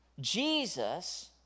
Jesus